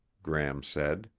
gram said.